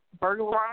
burglarized